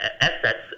assets